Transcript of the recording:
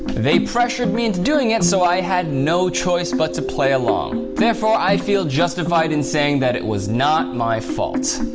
they pressured me into doing it so i had no choice but to play along, therefore i feel justified in saying that it was not my fault.